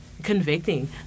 convicting